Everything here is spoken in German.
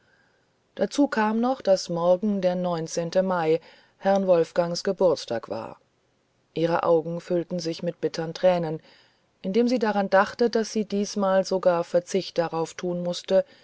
dazu kam noch daß morgen der mai herrn wolfgangs geburtstag war ihre augen füllten sich mit bittern tränen indem sie daran dachte daß sie diesmal sogar verzicht darauf tun mußte